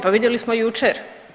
Pa vidjeli smo jučer.